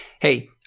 Hey